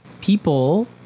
People